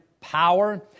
power